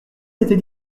c’était